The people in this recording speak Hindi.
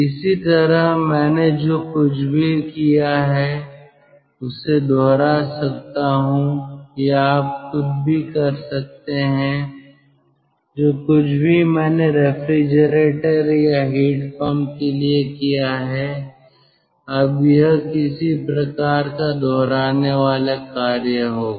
इसी तरह मैंने जो कुछ भी किया है उसे दोहरा सकता हूं या आप खुद भी कर सकते हैं जो कुछ भी मैंने रेफ्रिजरेटर या हीट पंप के लिए किया है अब यह किसी प्रकार का दोहराने वाला कार्य होगा